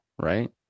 right